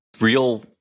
real